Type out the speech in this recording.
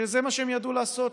שזה מה שהם ידעו לעשות,